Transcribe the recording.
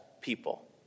people